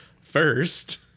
first